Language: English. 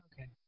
okay